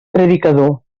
predicador